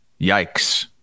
yikes